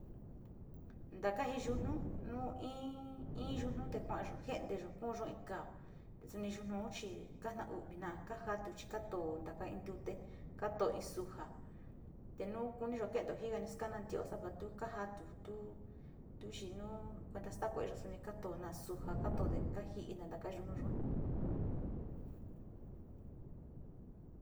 Taka in yutnu nu i i te kuayo jenteyo, kuuyo in kaa te soni yutnun chi kata u´u jena´a, ka ja tuchi katoo kuento in ntute katoo in soja te nu koniyo jeeteyo te in, ji kanii skana in tioo sava tu, tu kajatu, tu, tuchi nu kuenta staakueyo soni katoo na so ja katoo te kaji´i taka yunu yua.